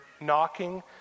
knocking